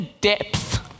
depth